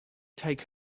take